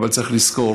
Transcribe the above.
אבל צריך לזכור